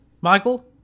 Michael